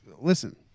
listen